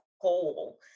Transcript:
whole